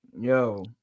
yo